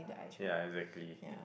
ya exactly